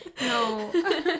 No